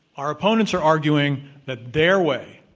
our opponents are arguing that their way,